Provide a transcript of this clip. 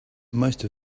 most